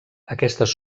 aquestes